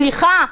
סליחה.